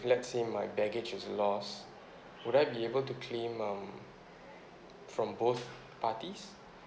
let's say my baggage is lost would I be able to claim um from both parties